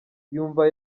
yumva